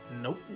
nope